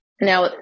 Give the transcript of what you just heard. Now